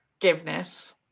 forgiveness